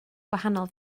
gwahanol